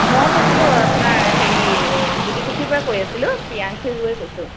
মই কৈছিলোঁ আপোনাৰ হেৰি জ্যোতিকুছিৰপৰা কৈ আছিলোঁ প্ৰিয়াংশী গগৈয়ে কৈছোঁ